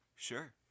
Sure